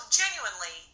genuinely